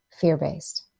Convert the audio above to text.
fear-based